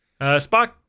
Spock